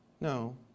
No